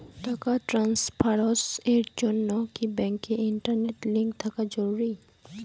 টাকা ট্রানস্ফারস এর জন্য কি ব্যাংকে ইন্টারনেট লিংঙ্ক থাকা জরুরি?